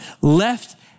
left